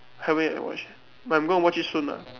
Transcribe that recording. haven't yet watch yet but I'm gonna watch it soon ah